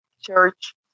church